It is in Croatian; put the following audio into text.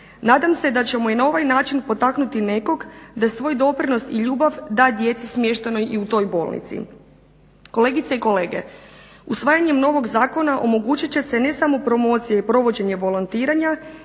Nadam se da ćemo na ovaj način potaknuti nekog da svoj doprinos i ljubav da djeci smještenoj i u toj bolnici. Kolegice i kolege usvajanjem novog zakona omogućit će se ne samo promocija i provođenje volontiranja